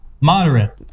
moderate